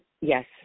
Yes